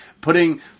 Putting